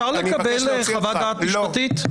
אפשר לקבל חוות דעת משפטית?